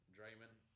Draymond